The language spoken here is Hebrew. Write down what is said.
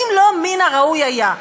האם לא מן הראוי היה,